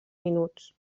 minuts